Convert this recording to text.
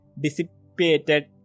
dissipated